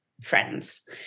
friends